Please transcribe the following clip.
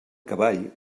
cavall